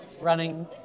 running